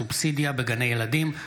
סובסידיה בגני ילדים),